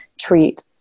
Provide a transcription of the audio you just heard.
treat